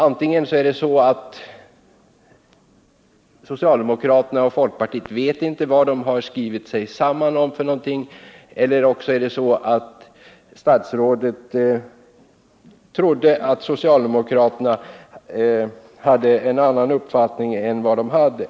Antingen vet inte socialdemokraterna och folkpartiet vad de har skrivit sig samman om, eller också trodde statsrådet att socialdemokraterna hade en annan uppfattning än de hade.